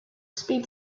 speed